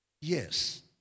Yes